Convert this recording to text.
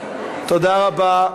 תודה רבה.